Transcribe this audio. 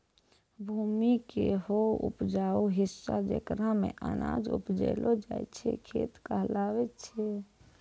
भूमि के हौ उपजाऊ हिस्सा जेकरा मॅ अनाज उपजैलो जाय छै खेत कहलावै छै